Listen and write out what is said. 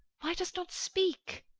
why dost not speak?